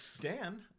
Dan